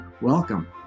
Welcome